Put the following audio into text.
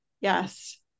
Yes